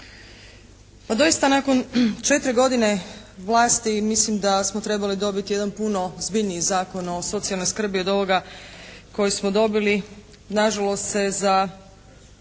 Pa doista nakon četiri godine vlasti mislim da smo trebali dobiti jedan puno ozbiljniji Zakon o socijalnoj skrbi od ovoga koji smo dobili. Nažalost se za